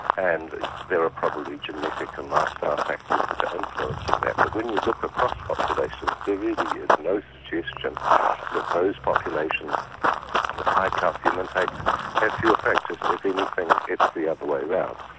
and there are probably genetic and lifestyle factors that are influencing that. but when you look across populations, there really is no suggestion that those populations with high calcium intake have fewer fractures. if anything, it's the other way around.